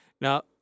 Now